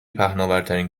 پهناورترین